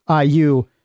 IU